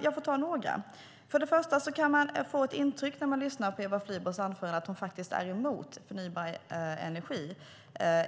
jag får ta upp några. Först och främst kan man, när man lyssnar till Eva Flyborgs anförande, få intrycket att hon är emot förnybar energi.